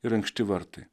ir ankšti vartai